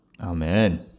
Amen